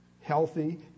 Healthy